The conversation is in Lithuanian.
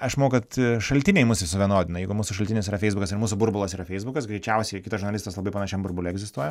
aš manau kad šaltiniai mus visus vienodina jeigu mūsų šaltinis yra feisbukas ir mūsų burbulas yra feisbukas greičiausiai kitas žurnalistas labai panašiam burbule egzistuoja